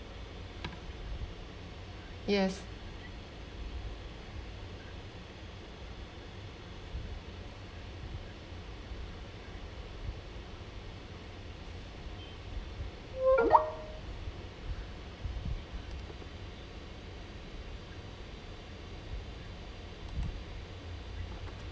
yes